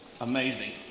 amazing